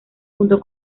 junto